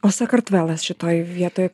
o sakartvelas šitoj vietoj